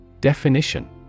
Definition